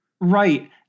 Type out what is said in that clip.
Right